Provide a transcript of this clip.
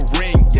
ring